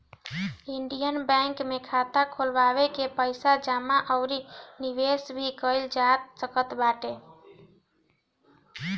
Indian Bank में खाता खोलवा के पईसा जमा अउरी निवेश भी कईल जा सकत बाटे